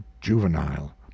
juvenile